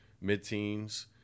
mid-teens